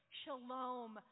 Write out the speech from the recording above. shalom